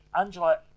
Angela